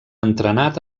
entrenat